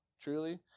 truly